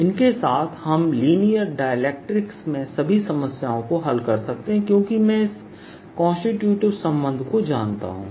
इनके साथ हम लीनियर डाइलेक्ट्रिक्स में सभी समस्याओं को हल कर सकते हैं क्योंकि मैं इस कान्स्टिटूटिव संबंध को जानता हूं